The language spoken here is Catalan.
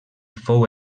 fou